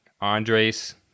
Andres